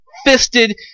fisted